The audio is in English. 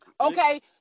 Okay